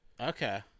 Okay